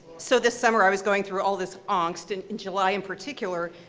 so this summer i was going through all this angst and in july in particular,